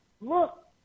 look